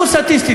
קחו סטטיסטית,